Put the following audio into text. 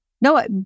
no